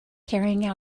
carrying